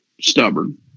Stubborn